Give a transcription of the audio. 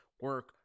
Work